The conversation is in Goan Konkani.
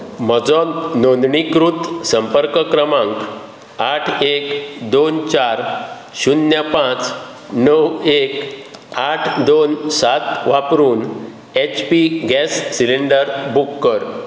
म्हजो नोंदणीकृत संपर्क क्रमांक आठ एक दोन चार शुन्य पांच णव एक आठ दोन सात वापरून H P gas cylinder book कर